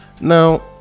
Now